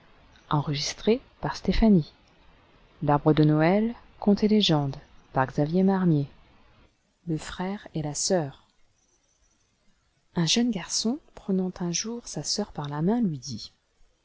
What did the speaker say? le frere et la sœur itû jeune garçon prenant un jour sa sœur par la main lui dit